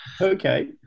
Okay